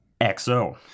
XO